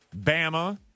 Bama